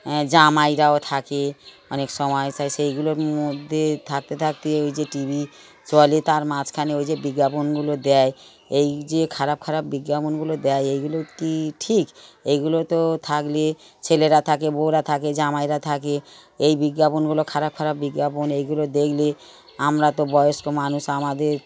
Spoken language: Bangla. হ্যাঁ জামাইরাও থাকে অনেক সময় সেগুলোর মধ্যে থাকতে থাকতে ওই যে টি ভি চলে তার মাঝখানে ওই যে বিজ্ঞাপনগুলো দেয় এই যে খারাপ খারাপ বিজ্ঞাপনগুলো দেয় এইগুলো কি ঠিক এইগুলো তো থাকলে ছেলেরা থাকে বউরা থাকে জামাইরা থাকে এই বিজ্ঞাপনগুলো খারাপ খারাপ বিজ্ঞাপন এইগুলো দেখলে আমরা তো বয়স্ক মানুষ আমাদের